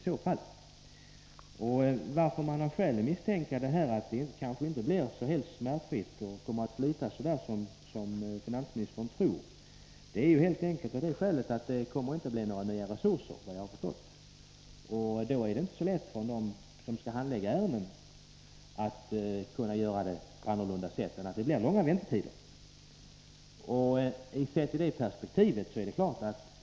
Ett skäl för att vi kan misstänka att införandet av de nya rutinerna inte kommer att ske helt smärtfritt och att arbetet inte kommer att flyta så som finansministern tror är helt enkelt att tullen — såvitt jag förstått — inte kommer att få några nya resurser. Då är det inte lätt för dem som skall handlägga ärendena att undvika att det blir långa väntetider. Vi kan också se denna fråga i ett annat perspektiv.